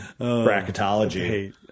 bracketology